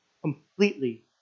completely